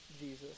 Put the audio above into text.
Jesus